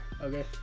okay